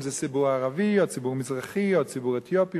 אם זה ציבור ערבי או ציבור מזרחי או ציבור אתיופי,